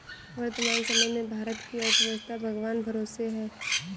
वर्तमान समय में भारत की अर्थव्यस्था भगवान भरोसे है